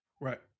Right